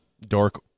Dark